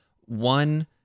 One